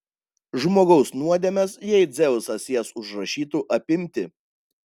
žmogaus nuodėmes jei dzeusas jas užrašytų apimti